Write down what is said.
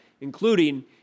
including